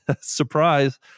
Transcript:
surprise